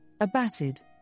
Abbasid